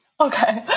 Okay